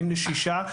אם לשישה,